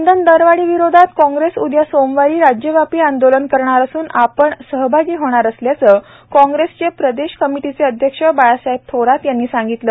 इंधन दरवाढी विरोधात काँग्रेस उदया सोमवारी राज्यव्यापी आंदोलन करणार असून आपण सहभागी होणार असल्याचं काँग्रेसचे प्रदेश कमेटीचे अध्यक्ष बाळासाहेब थोरात यांनी सांगितलं